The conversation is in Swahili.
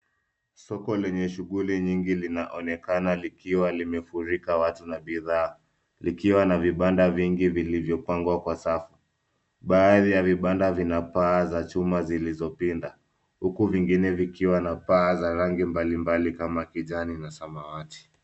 Soko lenye shughuli nyingi linaonekana likiwa limefurika watu na bidhaa. Likiwa na vibanda vingi vilivyopangwa kwa safu. Baadhi ya vibanda vina paa za chuma zilizopinda uku vingine vikiwa na paa za rangi mbalimbali kama kijani na samawati.